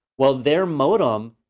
well their modem,